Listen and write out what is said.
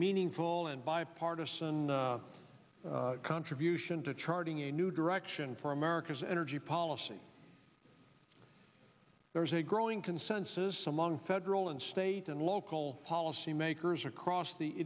meaningful and bipartisan contribution to charting a new direction for america's energy policy there's a growing consensus among federal and state and local policymakers across the